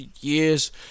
years